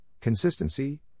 consistency